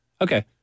Okay